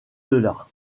delà